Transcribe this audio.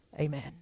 Amen